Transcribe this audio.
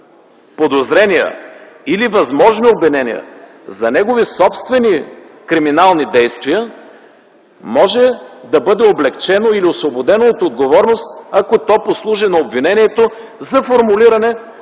подозрения или възможни обвинения за негови собствени криминални действия, може да бъде облекчено или освободено от отговорност, ако то послужи на обвинението за формулиране